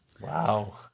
Wow